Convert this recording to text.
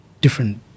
different